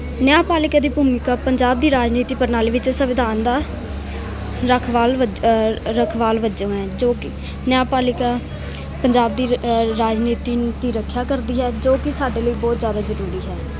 ਨਿਆਂਪਾਲਿਕਾ ਦੀ ਭੂਮਿਕਾ ਪੰਜਾਬ ਦੀ ਰਾਜਨੀਤੀ ਪ੍ਰਣਾਲੀ ਵਿੱਚ ਸੰਵਿਧਾਨ ਦਾ ਰਖਵਾਲ ਵਜ ਰਖਵਾਲ ਵੱਜੋਂ ਹੈ ਜੋ ਕਿ ਨਿਆਂਪਾਲਿਕਾ ਪੰਜਾਬ ਦੀ ਰਾਜਨੀਤੀ ਦੀ ਰੱਖਿਆ ਕਰਦੀ ਹੈ ਜੋ ਕਿ ਸਾਡੇ ਲਈ ਬਹੁਤ ਜ਼ਿਆਦਾ ਜ਼ਰੂਰੀ ਹੈ